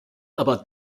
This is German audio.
aber